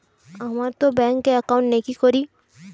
আমারতো ব্যাংকে একাউন্ট নেই কি করি?